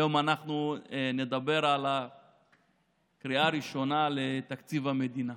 היום אנחנו נדבר על הקריאה הראשונה של תקציב המדינה.